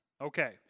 Okay